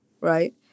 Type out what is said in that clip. right